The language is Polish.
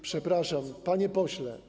Przepraszam, panie pośle.